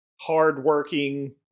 hardworking